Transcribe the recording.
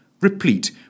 replete